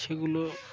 সেগুলো